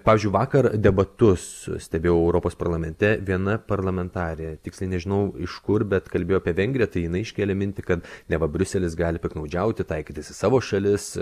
pavyzdžiui vakar debatus stebėjo europos parlamente viena parlamentarė tiksliai nežinau iš kur bet kalbėjo apie vengriją tai jinai iškėlė mintį kad neva briuselis gali piktnaudžiauti taikytis į savo šalis